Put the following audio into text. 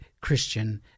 Christian